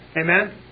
Amen